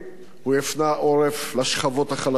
הוא הפנה עורף לשכבות החלשות,